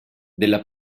della